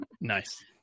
Nice